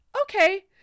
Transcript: okay